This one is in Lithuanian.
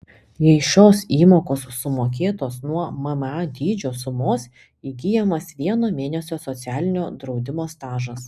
jei šios įmokos sumokėtos nuo mma dydžio sumos įgyjamas vieno mėnesio socialinio draudimo stažas